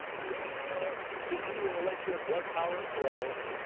heal! heal! let your blood power flow!